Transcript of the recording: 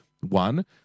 one